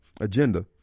agenda